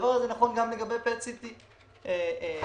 הדבר הזה נכון גם לגבי PET-CT. אומנם,